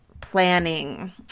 planning